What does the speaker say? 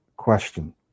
Question